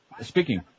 Speaking